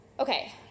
Okay